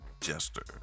Jester